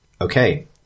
Okay